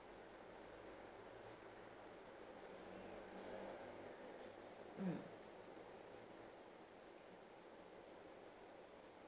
mm